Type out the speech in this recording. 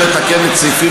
כי זה מתחיל להיות פה שוק,